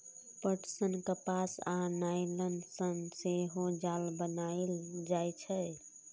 पटसन, कपास आ नायलन सं सेहो जाल बनाएल जाइ छै